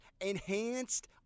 enhanced